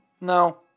No